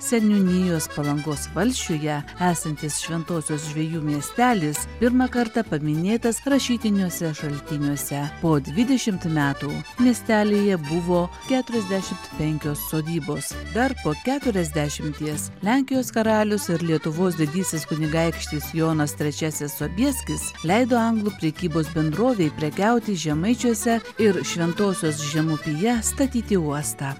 seniūnijos palangos valsčiuje esantis šventosios žvejų miestelis pirmą kartą paminėtas rašytiniuose šaltiniuose po dvidešimt metų miestelyje buvo keturiasdešimt penkios sodybos dar po keturiasdešimties lenkijos karalius ar lietuvos didysis kunigaikštis jonas trečiasis sobieskis leido anglų prekybos bendrovei prekiauti žemaičiuose ir šventosios žemupyje statyti uostą